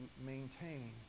maintain